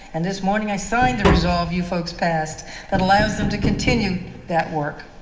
and this morning i signed the resolve you folks passed that allows them to continue that work.